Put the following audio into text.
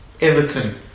Everton